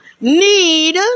need